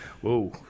Whoa